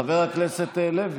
חבר הכנסת לוי?